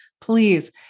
Please